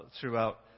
throughout